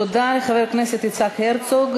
תודה לחבר הכנסת יצחק הרצוג.